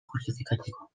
justifikatzeko